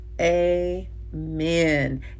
amen